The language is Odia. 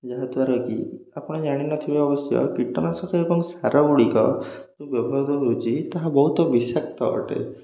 ଯାହାଦ୍ୱାରା କି ଆପଣ ଜାଣିନଥିବେ ଅବଶ୍ୟ କୀଟନାଶକ ଏବଂ ସାରଗୁଡ଼ିକ ଯୋଉ ବ୍ୟବହୃତ ହେଉଛି ତାହା ବହୁତ ବିଷାକ୍ତ ଅଟେ